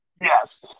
Yes